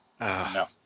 No